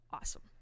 Awesome